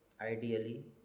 ideally